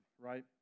right